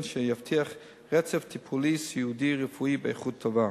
שיבטיח רצף טיפולי-סיעודי-רפואי באיכות טובה.